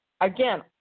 Again